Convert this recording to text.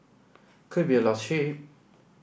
could be a lost sheep